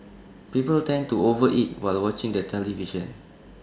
people tend to over eat while watching the television